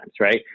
right